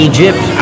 Egypt